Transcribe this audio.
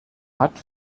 hat